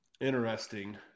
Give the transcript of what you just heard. interesting